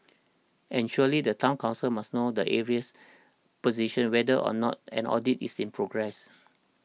and surely the Town Council must know the arrears position whether or not an audit is in progress